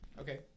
Okay